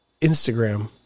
Instagram